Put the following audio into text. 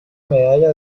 medalla